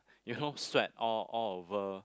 you know sweat all all over